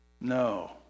No